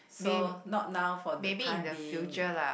so not now for the time being